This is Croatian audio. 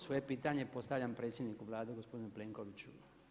Svoje pitanje postavljam predsjedniku Vlade gospodinu Plenkoviću.